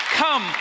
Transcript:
come